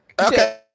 Okay